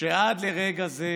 שעד לרגע זה,